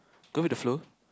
go with the flow